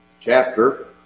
chapter